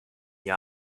jahr